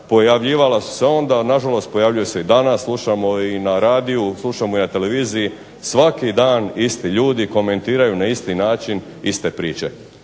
pojavljivala su se onda, a nažalost pojavljuju se i danas, slušamo i na radiju i na televiziji svaki dan isti ljudi komentiraju na isti način iste priče.